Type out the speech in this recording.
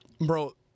bro